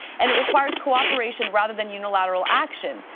and it requires cooperation rather than unilateral action.